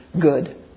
good